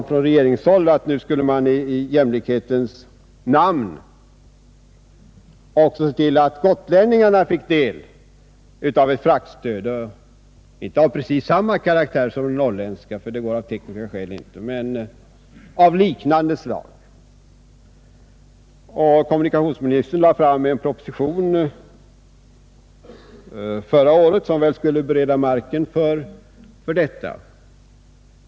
Från regeringshåll sades att man i jämlikhetens namn nu skulle se till att också gotlänningarna fick del av ett fraktstöd, inte precis av samma karaktär som det norrländska ty det går av tekniska skäl inte, men av liknande slag. Kommunikationsministern lade förra året fram en proposition som väl skulle bereda marken för detta.